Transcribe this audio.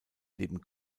neben